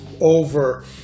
over